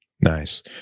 Nice